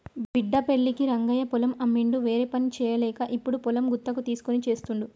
బిడ్డ పెళ్ళికి రంగయ్య పొలం అమ్మిండు వేరేపని చేయలేక ఇప్పుడు పొలం గుత్తకు తీస్కొని చేస్తుండు